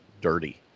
dirty